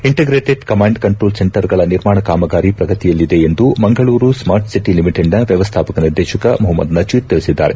integrated command control ಸೆಂಟರ್ಗಳ ನಿರ್ಮಾಣ ಕಾಮಗಾರಿ ಪ್ರಗತಿಯಲ್ಲಿದೆ ಎಂದು ಮಂಗಳೂರು ಸ್ನಾರ್ಟ್ ಸಿಟಿ ಲಿಮಿಟೆಡ್ನ ವ್ಯಮ್ಹಾಪಕ ನಿರ್ದೇಶಕ ಮುಪಮ್ನದ್ ನಜೀರ್ ತಿಳಿಸಿದ್ದಾರೆ